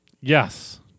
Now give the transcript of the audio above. Yes